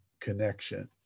connection